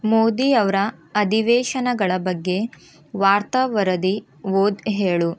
ಮೋದಿಯವರ ಅಧಿವೇಶನಗಳ ಬಗ್ಗೆ ವಾರ್ತಾ ವರದಿ ಓದಿ ಹೇಳು